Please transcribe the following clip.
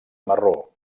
marró